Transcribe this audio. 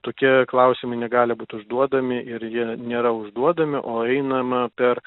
tokie klausimai negali būt užduodami ir jie nėra užduodami o einama per